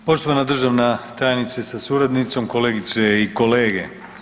Poštovana državna tajnice sa suradnicom, kolegice i kolege.